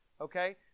Okay